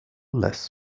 less